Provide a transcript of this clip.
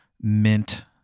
mint